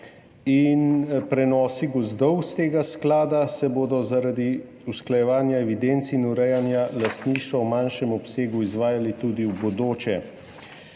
in prenosi gozdov s tega sklada se bodo zaradi usklajevanja evidenc in urejanja lastništva v manjšem obsegu izvajali tudi v bodoče.